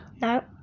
No